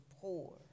poor